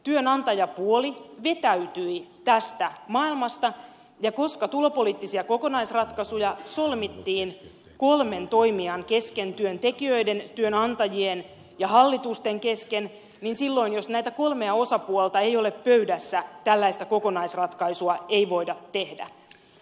työnantajapuoli vetäytyi tästä maailmasta ja koska tulopoliittisia kokonaisratkaisuja solmittiin kolmen toimijan kesken työntekijöiden työnantajien ja hallituksen kesken niin silloin jos näitä kolmea osapuolta ei ole pöydässä tällaista kokonaisratkaisua ei voida tehdä